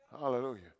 Hallelujah